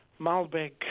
Malbec